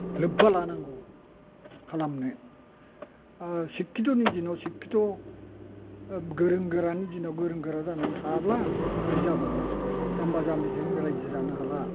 लोब्बा लानांगौ खालामनो सिक्खित्व'नि दिनाव सिक्खित्व' गोरों गोरानि दिनाव गोरों गोरा जानानै थायाब्ला बोरै जाबावनो जाम्बा जाम्बिजों रायजो जानो हाला